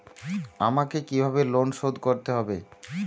আমাকে কিভাবে লোন শোধ করতে হবে?